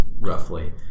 roughly